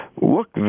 look